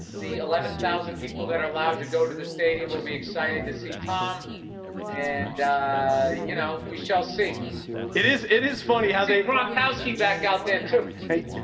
the eleven thousand people that are allowed to go to the stadium will be excited to see tom and you know, we shall see it is, it is funny how they brought housekeep back out there too. speaker